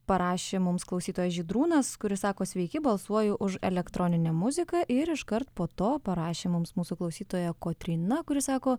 parašė mums klausytojas žydrūnas kuris sako sveiki balsuoju už elektroninę muziką ir iškart po to parašė mums mūsų klausytoja kotryna kuri sako